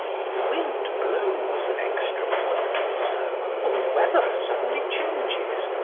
if the wind blows an extra point or so, or the weather suddenly changes,